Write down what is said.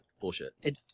Bullshit